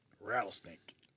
Rattlesnake